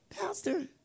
Pastor